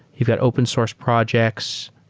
you've got open source projects,